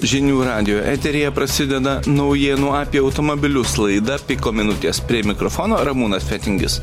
žinių radijo eteryje prasideda naujienų apie automobilius laida piko minutės prie mikrofono ramūnas fetingis